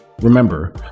Remember